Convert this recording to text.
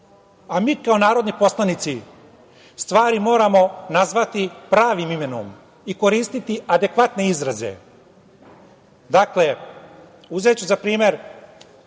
a mi kao narodni poslanici stvari moramo nazvati pravim imenom i koristiti adekvatne izraze. Dakle, uzeću za primer